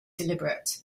deliberate